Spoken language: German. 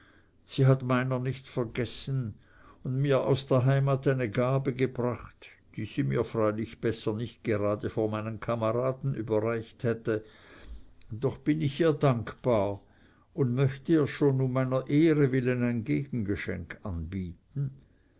sie hat meiner nicht vergessen und mir aus der heimat eine gabe gebracht die sie mir freilich besser nicht gerade vor meinen kameraden überreicht hätte doch bin ich ihr dafür dankbar und möchte ihr schon um meiner ehre willen ein gegengeschenk anbieten